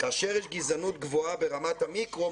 כאשר יש גזענות גבוהה ברמת המיקרו,